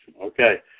Okay